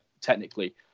technically